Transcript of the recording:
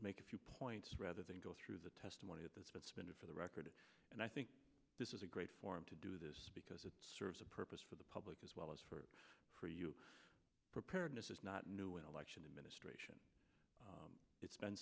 make a few points rather than go through the testimony of the suspended for the record and i think this is a great forum to do this because it serves a purpose for the public as well as for for you preparedness is not a new election administration it's been